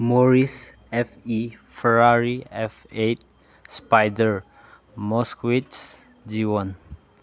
ꯃꯣꯔꯤꯁ F E Ferrari F eight spider ꯃꯣꯏꯀ꯭ꯋꯤꯠ G one